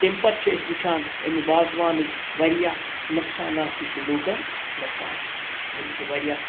تٔمۍ پَتہٕ چھِ أسۍ وٕچھان ایٚمہِ وازوانٕکۍ واریاہ نۄقصانات تہِ چھُ لوٗکَن گَژھان یِم چھِ واریاہ